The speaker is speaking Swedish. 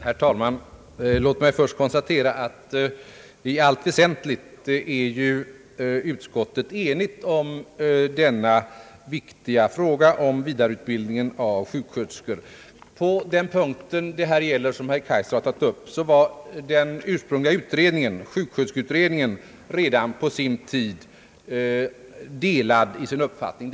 Herr talman! Låt mig först konstatera att utskottet i allt väsentligt är enigt i denna viktiga fråga om vidareutbildningen av sjuksköterskor. På den punkt som herr Kaijser här tagit upp var den ursprungliga utredningen, sjuksköterskeutredningen, redan på sin tid delad i sin uppfattning.